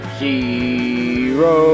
zero